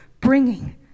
bringing